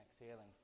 exhaling